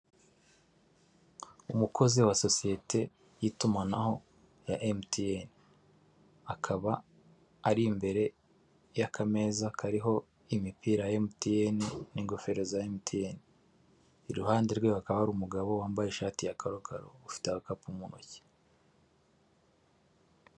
Umukozi wa sosiyete y'itumanaho ya MTN, akaba ari imbere y'akameza kariho imipira MTN n'ingofero za MTN, iruhande rwe hakaba hari umugabo wambaye ishati ya calokaro, ufite agakapu mu ntoki.